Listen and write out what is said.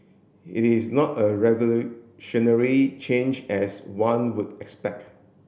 it is not a revolutionary change as one would expect